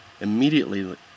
Immediately